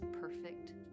perfect